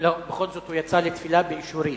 הוא יצא לתפילה, באישורי.